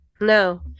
no